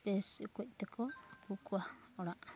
ᱵᱮᱥ ᱚᱠᱚᱡ ᱛᱮᱠᱚ ᱟᱹᱜᱩ ᱠᱚᱣᱟ ᱟᱲᱟᱜ